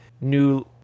new